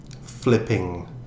flipping